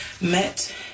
met